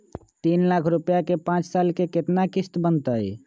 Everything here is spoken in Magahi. तीन लाख रुपया के पाँच साल के केतना किस्त बनतै?